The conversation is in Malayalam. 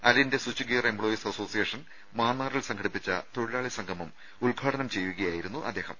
Alind switch gear employees association മാന്നാറിൽ സംഘടിപ്പിച്ച തൊഴിലാളി സംഗമം ഉദ്ഘാടനം ചെയ്യുകയായിരുന്നു അദ്ദേഹം